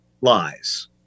lies